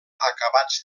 acabats